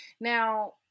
Now